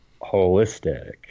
holistic